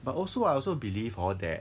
but also I also believe hor that